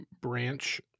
branch